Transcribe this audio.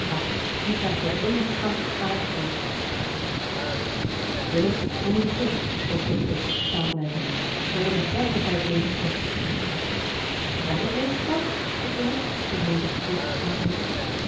nu krijgen we de eenige gang waar een echo is willem we moeten terug zei volsteke staan blijvend er is eene orgelpijp leeggestort wat is leeggestort vroeg willem die meende verkeerd verstaan te hebben